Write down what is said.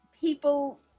people –